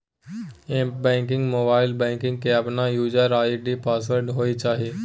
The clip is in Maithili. एप्प बैंकिंग, मोबाइल बैंकिंग के अपन यूजर आई.डी पासवर्ड होय चाहिए